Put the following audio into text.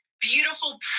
beautiful